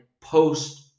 post